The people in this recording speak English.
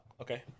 Okay